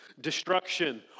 destruction